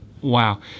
wow